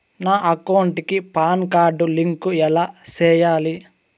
నా అకౌంట్ కి PAN card link ఎలా సేయాలి